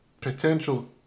potential